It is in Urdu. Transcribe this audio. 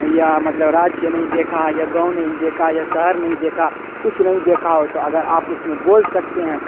یا مطلب راجیہ نہیں دیکھا ہے یا گاؤں نہیں دیکھا ہے یا شہر نہیں دیکھا کچھ نہیں دیکھا ہو تو اگر آپ اس میں بول سکتے ہیں